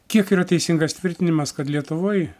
kiek yra teisingas tvirtinimas kad lietuvoj